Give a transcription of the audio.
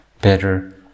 better